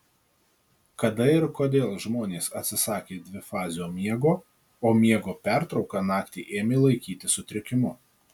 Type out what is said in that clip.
kada ir kodėl žmonės atsisakė dvifazio miego o miego pertrauką naktį ėmė laikyti sutrikimu